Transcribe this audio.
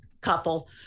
couple